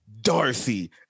Darcy